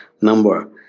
number